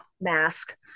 mask